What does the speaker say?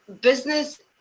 business